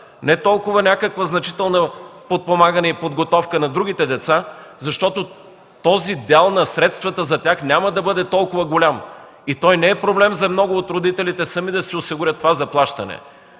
Не толкова някакво значително подпомагане и подготовка на другите деца, защото този дял на средствата за тях няма да бъде толкова голям и той не е проблем за много от родителите сами да си осигурят това заплащане.